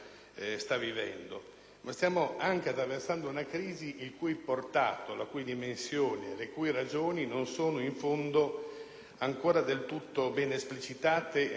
stiamo anche attraversando una crisi il cui portato, la cui dimensione, le cui ragioni non sono in fondo ancora del tutto bene esplicitate e ancora del tutto chiarite.